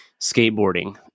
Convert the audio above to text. skateboarding